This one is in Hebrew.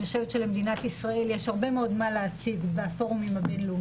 אני חושבת שלמדינת ישראל יש הרבה מאוד מה להציג בפורמים הבינלאומיים.